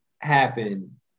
happen